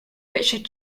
richard